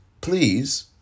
please